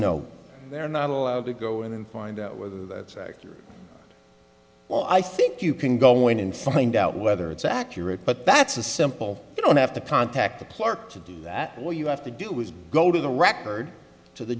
no they're not allowed to go in and find out whether that's accurate well i think you can go in and find out whether it's accurate but that's a simple you don't have to contact the plurk to do that well you have to do is go to the record t